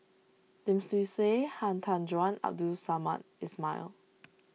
Lim Swee Say Han Tan Juan Abdul Samad Ismail